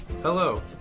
Hello